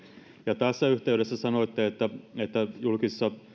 ja tässä yhteydessä sanoitte että julkisissa